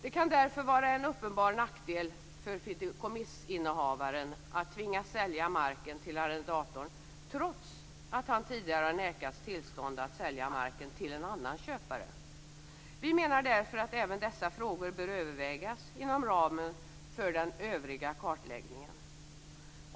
Det kan därför vara en uppenbar nackdel för fideikommissinnehavaren att tvingas sälja marken till arrendatorn trots att han tidigare har nekats tillstånd att sälja marken till en annan köpare. Vi menar därför att även dessa frågor bör övervägas inom ramen för den övriga kartläggningen.